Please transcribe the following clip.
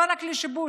לא רק לשיבוש,